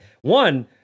one